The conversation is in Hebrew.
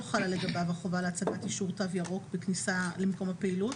חלה לגביו החובה להצגת אישור "תו ירוק" בכניסה למקום הפעילות,